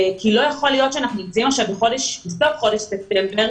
כי לא יכול להיות שאנחנו נמצאים עכשיו בסוף חודש ספטמבר,